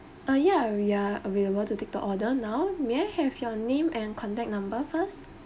uh yeah we are available to take the order now may I have your name and contact number first